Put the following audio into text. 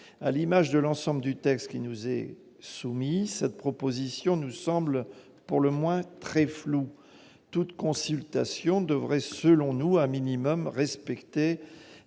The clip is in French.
À l'image de l'ensemble du texte qui nous est soumis, cette proposition nous semble pour le moins floue. Selon nous, toute consultation devrait au minimum respecter